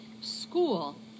school